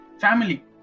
Family